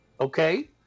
okay